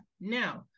Now